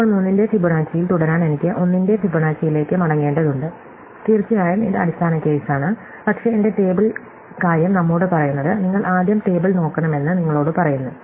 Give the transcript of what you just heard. ഇപ്പോൾ 3 ന്റെ ഫിബൊനാച്ചിയിൽ തുടരാൻ എനിക്ക് 1 ന്റെ ഫിബൊനാച്ചിയിലേക്ക് മടങ്ങേണ്ടതുണ്ട് തീർച്ചയായും ഇത് അടിസ്ഥാന കേസാണ് പക്ഷേ എന്റെ ടേബിൾ കാര്യം നമ്മോട് പറയുന്നത് നിങ്ങൾ ആദ്യം ടേബിൾ നോക്കണമെന്ന് നിങ്ങളോട് പറയുന്നു